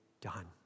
done